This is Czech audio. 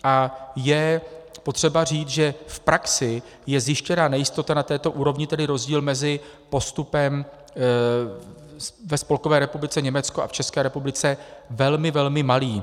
A je potřeba říct, že v praxi je zjištěná nejistota na této úrovni, tedy rozdíl mezi postupem ve Spolkové republice Německo a v České republice velmi, velmi malý.